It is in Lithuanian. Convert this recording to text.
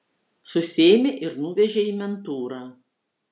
susėmė ir nuvežė į mentūrą